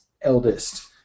eldest